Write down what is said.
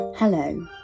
Hello